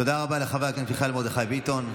תודה רבה לחבר הכנסת מיכאל מרדכי ביטון.